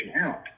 out